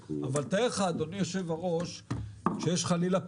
אבל, אדוני היושב-ראש, כשיש חלילה פיגוע,